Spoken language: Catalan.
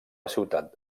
ciutat